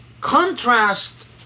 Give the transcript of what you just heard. contrast